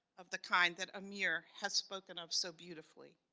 of the kind that amir has spoken of so beautifully.